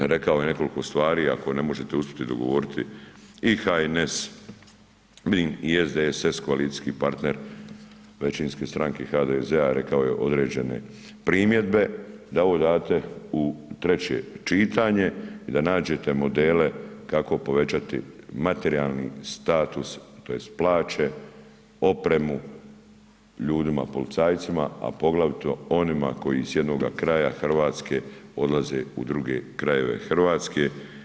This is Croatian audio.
Rekao je nekoliko stvari, a koje ako ne možete uspjeti dogovoriti i HNS, vi i SDSS koalicijski partner većinske stranke HDZ-a rekao je određene primjedbe da ovo date u treće čitanje i da nađete modele kako povećati materijalni status tj. plaće, opremu ljudima policajcima, a poglavito onima koji s jednoga kraja Hrvatske odlaze u druge krajeve Hrvatske.